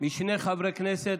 משני חברי כנסת,